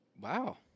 Wow